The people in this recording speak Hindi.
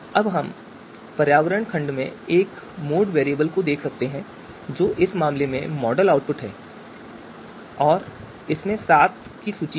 अब आप पर्यावरण खंड में एक मॉड वैरिएबल देख सकते हैं जो इस मामले में मॉडल आउटपुट है और इसमें सात की सूची है